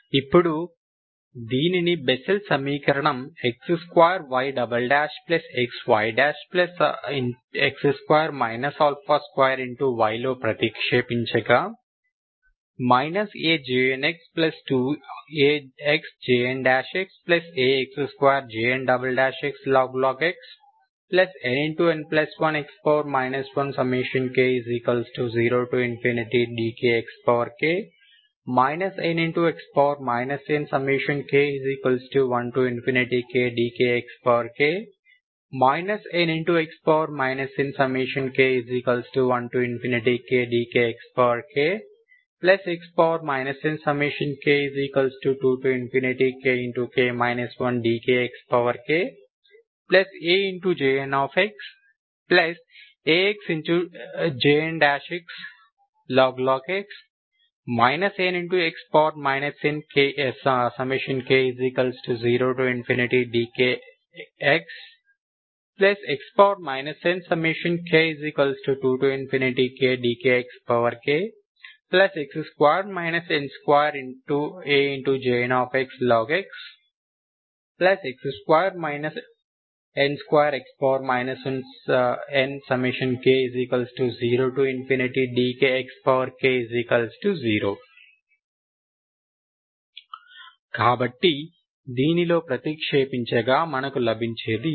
ఇప్పుడు దీనిని బెస్సెల్ సమీకరణం x2yxyx2 2y0 లో ప్రతిక్షేపించగా AJnx2AxJnxAx2Jnxlog x nn1x nk0dkxk nx nk1kdkxk nx nk1kdkxk x nk2kdkxkAJnx Ax Jnxlog x nx nk0dkx x nk2kdkxkAJnxlog⁡x nk0dkxk0 కాబట్టి దీనిలో ప్రతిక్షేపించగా మనకు లభించేది ఇదే